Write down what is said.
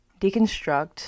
deconstruct